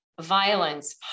violence